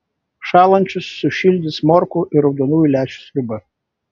šąlančius sušildys morkų ir raudonųjų lęšių sriuba